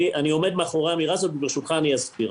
אני עומד מאחורי האמירה הזו וברשותך אסביר.